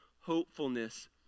hopefulness